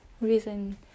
reason